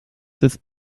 this